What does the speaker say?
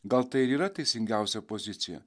gal tai yra teisingiausia pozicija